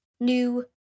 new